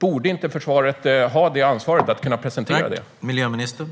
Borde inte försvaret ha ansvaret att kunna presentera alternativ?